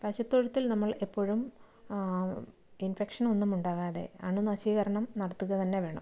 പശുത്തൊഴുത്തിൽ നമ്മൾ എപ്പോഴും ഇൻഫെക്ഷൻ ഒന്നും ഉണ്ടാകാതെ അണുനശീകരണം നടത്തുക തന്നെ വേണം